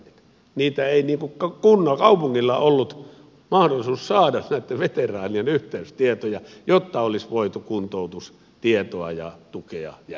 kaupungilla ei ollut mahdollisuutta saada näitten veteraanien yhteystietoja jotta olisi voitu kuntoutustietoa ja tukea järjestää